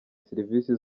serivisi